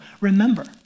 remember